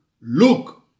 Look